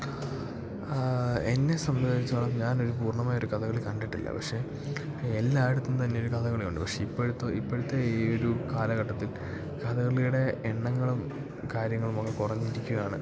എന്നെ സംബന്ധിച്ചോളം ഞാനൊരു പൂർണ്ണമായി ഒരു കഥകളി കണ്ടിട്ടില്ല പക്ഷേ എല്ലായിടത്തും തന്നെ ഒരു കഥകളിയുണ്ട് പക്ഷെ ഇപ്പോഴത്തെ ഇപ്പോഴത്തെ ഈ ഒരു കാലഘട്ടത്തിൽ കഥകളിയുടെ എണ്ണങ്ങളും കാര്യങ്ങളും ഒക്കെ കുറഞ്ഞിരിക്കുകയാണ്